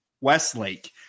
Westlake